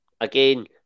again